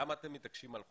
למה אתם מתעקשים על חודשיים?